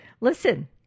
Listen